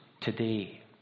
today